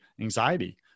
anxiety